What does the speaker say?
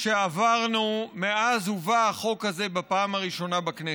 שעברנו מאז הובא החוק הזה בפעם הראשונה בכנסת.